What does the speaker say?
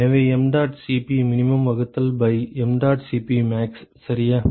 எனவே mdot Cp min வகுத்தல் by mdot Cp max சரியா